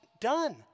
done